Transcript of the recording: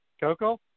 Coco